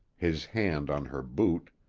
his hand on her boot,